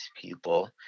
people